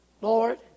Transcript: Lord